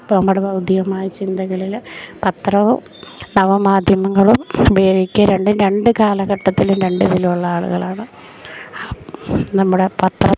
ഇപ്പം നമ്മുടെ ബൗദ്ധികമായ ചിന്തകളിൽ പത്രവും നവമാധ്യമങ്ങളും ഉപയോഗിക്കുക രണ്ടും രണ്ട് കാലഘട്ടത്തിലും രണ്ട് ഇതിലുള്ള ആളുകളാണ് നമ്മുടെ പത്രം